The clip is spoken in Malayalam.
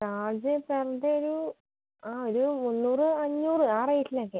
ചാർജ് ചാർജോരു ആ ഒരു മുന്നൂറ് അഞ്ഞൂറ് ആ റേറ്റിനൊക്കെ